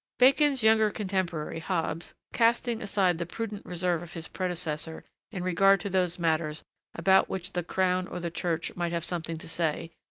bacon's younger contemporary, hobbes, casting aside the prudent reserve of his predecessor in regard to those matters about which the crown or the church might have something to say,